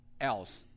else